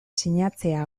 sinatzea